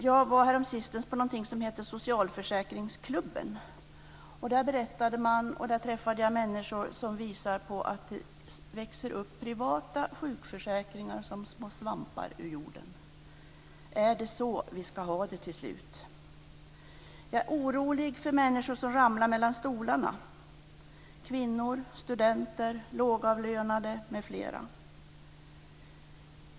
Jag var häromsistens på någonting som heter Socialförsäkringsklubben, och där träffade jag människor som visade att det växer upp privata sjukförsäkringar som små svampar ur jorden. Är det så vi ska ha det till slut? Jag är orolig för människor som ramlar mellan stolarna: kvinnor, studenter, lågavlönade m.fl.